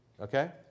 Okay